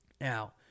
Now